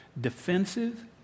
Defensive